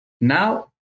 Now